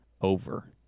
over